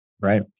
Right